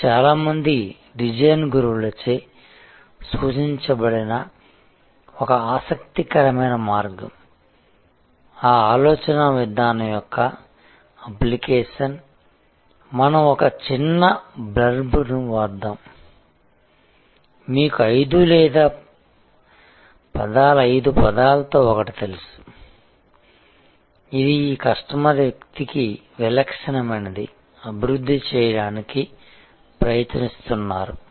ఇది చాలా మంది డిజైన్ గురువులచే సూచించబడిన ఒక ఆసక్తికరమైన మార్గం ఆ ఆలోచనా విధానం యొక్క అప్లికేషన్ మనం ఒక చిన్న బ్లర్బ్ ని వ్రాద్దాం మీకు 5 లేదా పదాల 5 పదాలలో ఒకటి తెలుసు ఇది ఈ కస్టమర్ వ్యక్తికి విలక్షణమైనది అభివృద్ధి చేయడానికి ప్రయత్నిస్తున్నారు